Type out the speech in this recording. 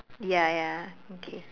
ya ya okay